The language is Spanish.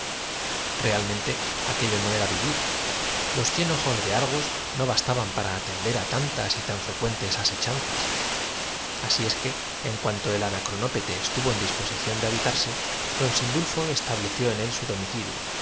realmente aquello no era vivir los cien ojos de cartas la de luís encerraba mil protestas de amor argos no bastaban para atender á tantas y tan fre para su prima dándole la seguridad de que en breve cuentes asechanzas así es que en cuanto el anacronóse vería libre del yugo de su implacable tío pete estuvo en disposición de habitarse don sindulfo la de pendencia era tan lacónica como digna de estableció en él su domicilio